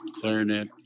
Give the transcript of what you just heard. clarinet